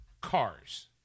Cars